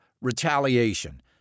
retaliation